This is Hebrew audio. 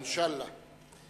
אינשאללה.